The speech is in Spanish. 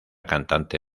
cantante